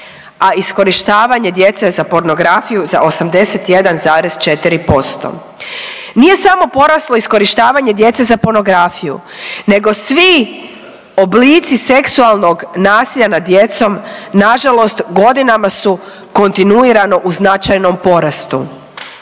a iskorištavanje djece za pornografiju za 81,4%. Nije samo poraslo iskorištavanje djece za pornografiju nego svi oblici seksualnog nasilja nad djecom nažalost godinama su kontinuirano u značajnom porastu.